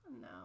no